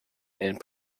and